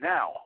Now